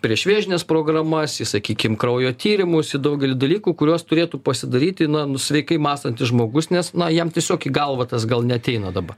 priešvėžines programas į sakykim kraujo tyrimus į daugelį dalykų kuriuos turėtų pasidaryti na nu sveikai mąstantis žmogus nes na jam tiesiog į galvą tas gal neateina dabar